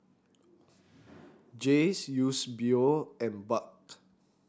Jayce Eusebio and Buck